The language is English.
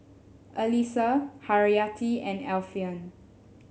Alyssa Haryati and Alfian